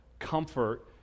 comfort